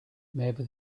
maybe